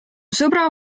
sõbra